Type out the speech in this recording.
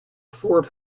fort